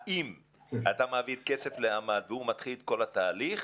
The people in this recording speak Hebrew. האם אתה מעביר כסף לעמל והוא מתחיל את כל התהליך